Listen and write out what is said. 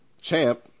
Champ